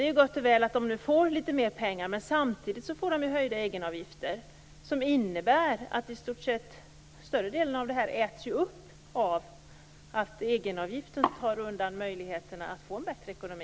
Det är gott och väl att kommunerna nu får litet mera pengar men samtidigt blir det höjda egenavgifter, vilket innebär att i stort sett större delen av extrapengarna äts upp av att egenavgiften slår undan möjligheterna att få en bättre ekonomi.